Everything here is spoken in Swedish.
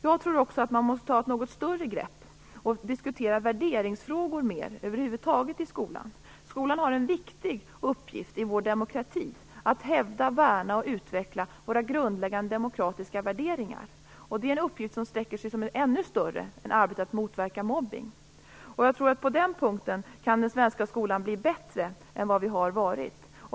Jag tror också att man måste ta ett något större grepp och över huvud taget diskutera värderingsfrågor mer i skolan. Skolan har en viktig uppgift i vår demokrati att hävda, värna och utveckla våra grundläggande demokratiska värderingar. Det är en uppgift som är ännu större än arbetet att motverka mobbning. På den punkten tror jag att den svenska skolan kan bli bättre än den har varit.